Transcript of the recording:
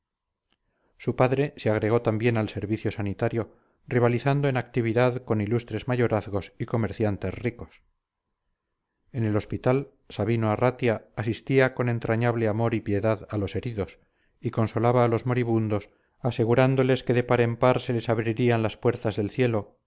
su padre se agregó también al servicio sanitario rivalizando en actividad con ilustres mayorazgos y comerciantes ricos en el hospital sabino arratia asistía con entrañable amor y piedad a los heridos y consolaba a los moribundos asegurándoles que de par en par se les abrían las puertas del cielo